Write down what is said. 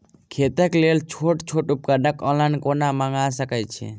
खेतीक लेल छोट छोट उपकरण ऑनलाइन कोना मंगा सकैत छी?